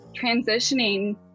transitioning